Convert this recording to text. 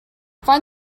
find